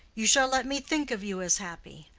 you shall let me think of you as happy.